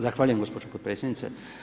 Zahvaljujem gospođo potpredsjednice.